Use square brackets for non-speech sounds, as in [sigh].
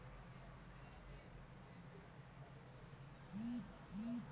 [noise]